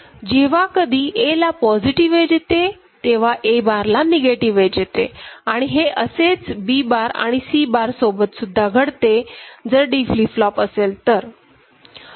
जेव्हा कधी Aला पॉझिटिव्ह एज येते तेव्हा Aबारला निगेटिव्ह एज येते आणि हे असेच B बार आणि C बार सोबत सुद्धा घडते जर D फ्लिप फ्लॉप असेल